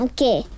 Okay